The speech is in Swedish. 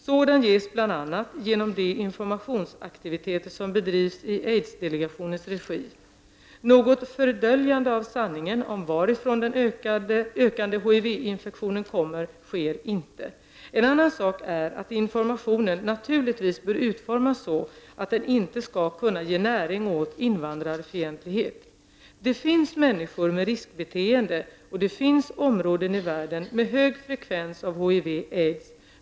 Sådan ges bl.a. genom de informationsaktiviteter som bedrivs i aidsdelegationens regi. Något fördöljande av sanningen om varifrån den ökande HIV infektionen kommer sker inte. En annan sak är att informationen naturligtvis bör utformas så att den inte skall kunna ge näring åt invandrarfientlighet. Det finns människor med riskbeteende och det finns områden i världen med hög frekvens av HIV/aids.